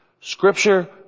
Scripture